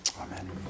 Amen